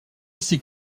aussi